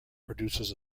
produces